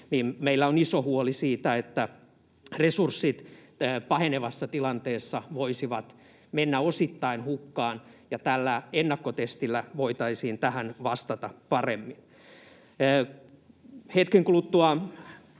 meillä on iso huoli siitä, että resurssit pahenevassa tilanteessa voisivat mennä osittain hukkaan. Tällä ennakkotestillä voitaisiin tähän vastata paremmin. Hetken kuluttua